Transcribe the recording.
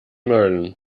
mölln